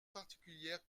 particulière